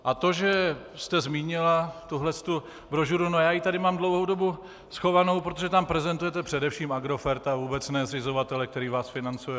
A to, že jste zmínila tuhle brožuru no já ji tady mám dlouhou dobu schovanou, protože tam prezentujete především Agrofert a vůbec ne zřizovatele, který vás financuje.